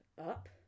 up